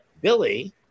Billy